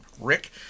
Rick